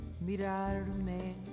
Mirarme